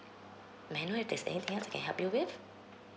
may I know if there's anything else I can help you with